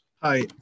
Hi